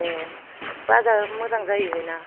ए बाजारा मोजां जायो बेना